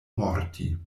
morti